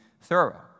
thorough